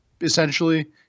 essentially